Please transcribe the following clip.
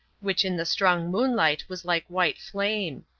which in the strong moonlight was like white flame.